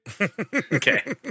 Okay